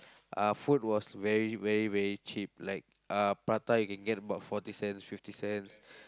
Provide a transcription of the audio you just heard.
uh food was very very very cheap like uh prata you can get about forty cents fifty cents